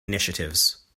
initiatives